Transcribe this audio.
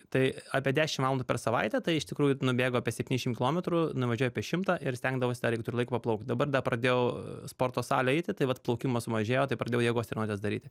tai apie dešimt valandų per savaitę tai iš tikrųjų nubėgu apie septyniasdešimt kilometrų nuvažiuoju apie šimtą ir stengdavausi dar jeigu turiu laiko paplaukt dabar dar pradėjau sporto salę eiti tai vat plaukimo sumažėjo tai pradėjau jėgos treniruotes daryti